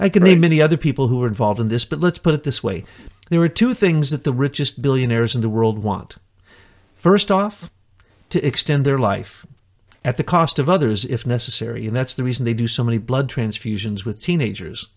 i can name many other people who are involved in this but let's put it this way there are two things that the richest billionaires in the world want first off to extend their life at the cost of others if necessary and that's the reason they do so many blood transfusions with teenagers